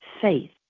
faith